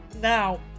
Now